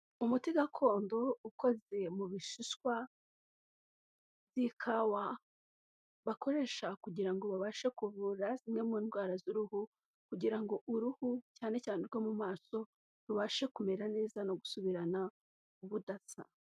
Umuti gakondo ukoze mu bishishwa by'ikawa bakoresha kugira ngo babashe kuvura zimwe mu ndwara z'uruhu kugira ngo uruhu cyane cyane urwo mu maso rubashe kumera neza no gusubirana ubudasa.